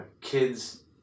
Kids